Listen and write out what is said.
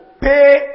pay